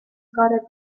gotta